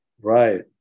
right